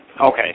Okay